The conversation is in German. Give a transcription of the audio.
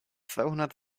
zweihundert